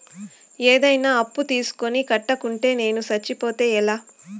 ఏదైనా అప్పు తీసుకొని కట్టకుండా నేను సచ్చిపోతే ఎలా